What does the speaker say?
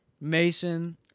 Mason